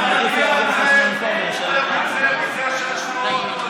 אני מעדיף להעביר את הזמן פה.